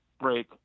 break